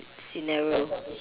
scenario